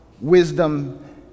wisdom